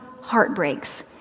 heartbreaks